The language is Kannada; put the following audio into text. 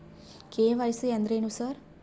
ಕೆ.ವೈ.ಸಿ ಅಂದ್ರೇನು ಸರ್?